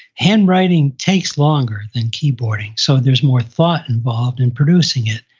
handwriting takes longer than keyboarding, so there's more thought involved in producing it.